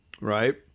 right